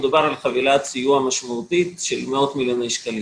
מדובר על חבילת סיוע משמעותית של מאות מיליוני שקלים.